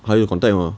还有 contact 吗